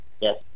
Yes